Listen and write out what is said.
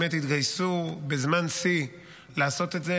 הם באמת התגייסו בזמן שיא לעשות את זה,